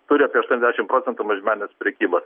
turi apie aštuoniasdešim procentų mažmeninės prekybos